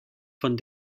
von